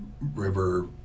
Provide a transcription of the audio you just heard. river